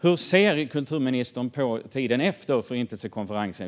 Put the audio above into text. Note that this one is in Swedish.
Hur ser kulturministern på tiden efter förintelsekonferensen?